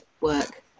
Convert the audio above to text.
work